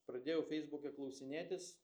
pradėjau feisbuke klausinėtis